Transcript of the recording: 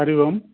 Hari Om